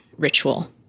ritual